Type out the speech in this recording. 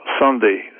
Sunday